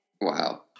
Wow